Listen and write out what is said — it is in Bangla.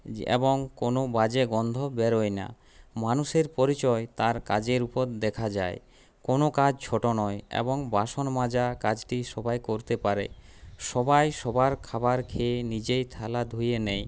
এবং কোনো বাজে গন্ধ বেরোয় না মানুষের পরিচয় তার কাজের উপর দেখা যায় কোনো কাজ ছোট নয় এবং বাসন মাজা কাজটি সবাই করতে পারে সবাই সবার খাবার খেয়ে নিজেই থালা ধুয়ে নেয়